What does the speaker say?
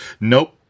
Nope